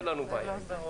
אין לנו בעיה עם זה.